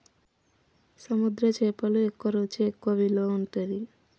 సముద్ర చేపలు ఎక్కువ రుచి ఎక్కువ విలువ ఉంటది